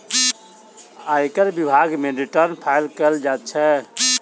आयकर विभाग मे रिटर्न फाइल कयल जाइत छै